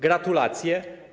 Gratulacje.